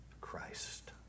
Christ